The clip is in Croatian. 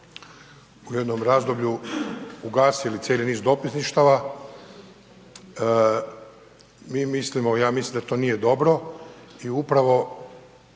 u jednom razdoblju ugasili cijeli iz dopisništava, mi mislimo, ja mislim da to nije dobro i upravo